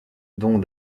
dont